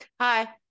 Hi